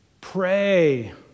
Pray